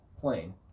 plane